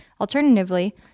Alternatively